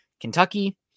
Kentucky